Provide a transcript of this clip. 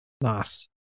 Nice